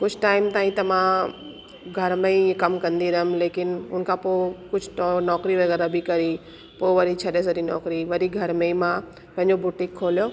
कुझु टाइम ताईं त मां घर में ई कमु कंदी रहम लेकिन उनखां पोइ कुझु नौकिरी वग़ैरह बि करी पोइ वरी छॾे सॼी नौकिरी घर में ई मां पंहिंजो बुटीक खोलियो